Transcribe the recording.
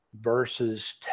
versus